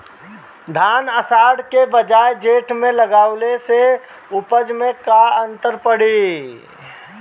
धान आषाढ़ के बजाय जेठ में लगावले से उपज में का अन्तर पड़ी?